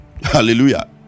hallelujah